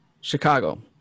Chicago